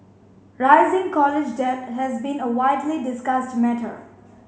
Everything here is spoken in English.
rising college debt has been a widely discussed matter